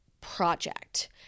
project